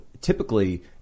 typically